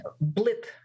blip